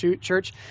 church